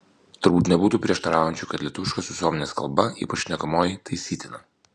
turbūt nebūtų prieštaraujančių kad lietuviškos visuomenės kalba ypač šnekamoji taisytina